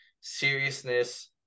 seriousness